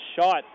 shot